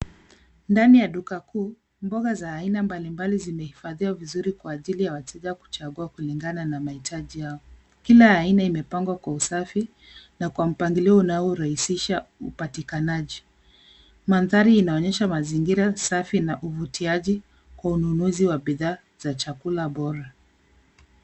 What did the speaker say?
Ndani ya duka kuu, mboga za aina mbalimbali zimehifadhiwa vizuri kwa ajili ya wateja kuchagua kulingana na mahitaji yao. Kila aina umepangwa kwa usafi na kwa mpangilio unarahihisha upatikanaji. Mandhari inaonyesha mazingira safi na uvutiaji kwa ununuzi wa bidhaa za chakula bora.